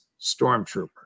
stormtrooper